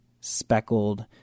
speckled